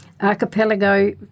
Archipelago